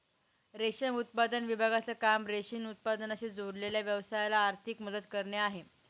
रेशम उत्पादन विभागाचं काम रेशीम उत्पादनाशी जोडलेल्या व्यवसायाला आर्थिक मदत करणे आहे